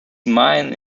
mine